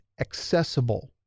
accessible